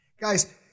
Guys